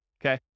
okay